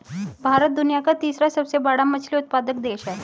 भारत दुनिया का तीसरा सबसे बड़ा मछली उत्पादक देश है